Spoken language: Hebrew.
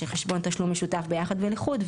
חשבון תשלום משותף ביחד ובחוד,